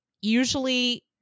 usually